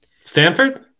Stanford